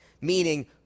meaning